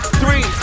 three